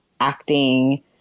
acting